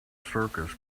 circus